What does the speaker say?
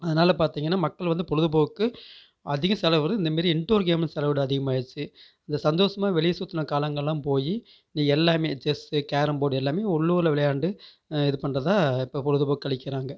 அதனால பார்த்தீங்கனா மக்கள் வந்து பொழுதுபோக்கு அதிக செலவிடுவது இந்தமாரி இன்டோர் கேமில் செலவிட அதிகமாகிடுச்சு இந்த சந்தோஷமா வெளியே சுற்றின காலங்களெலாம் போய் எல்லாமே செஸ்சு கேரம் போர்ட்டு எல்லாமே உள்ளூரில் விளையாண்டு இது பண்ணுறதா இப்போ பொழுதுபோக்கு கழிக்குறாங்க